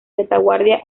retaguardia